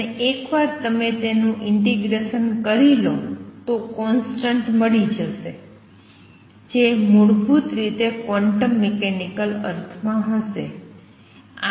અને એકવાર તમે તેનું ઇંટિગ્રેસન કરી લો તો કોંસ્ટંટ મળી શકે જે મૂળભૂત રીતે ક્વોન્ટમ મિકેનિકલ અર્થમાં હશે